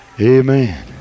Amen